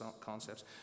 concepts